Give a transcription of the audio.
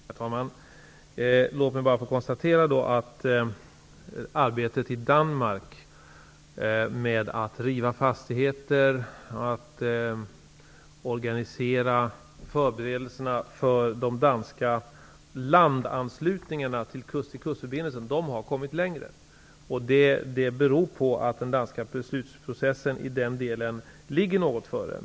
Herr talman! Låt mig då bara konstatera att arbetet i Danmark med att riva fastigheter, med att organisera förberedelserna för de danska landanslutningarna till kust-till-kust-förbindelsen har kommit längre. Det beror på att den danska beslutsprocessen i den delen ligger något före.